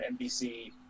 NBC